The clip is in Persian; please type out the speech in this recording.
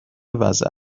وضع